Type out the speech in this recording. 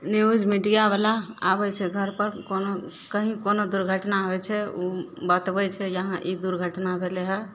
news मीडियावला आबय छै घरपर कोनो कहीं कोनो दुर्घटना होइ छै उ बतबय छै जे इहाँ ई दुर्घटना भेलय हऽ